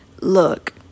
Look